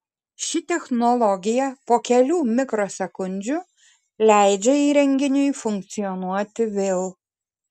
ši technologija po kelių mikrosekundžių leidžia įrenginiui funkcionuoti vėl